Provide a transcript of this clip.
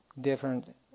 different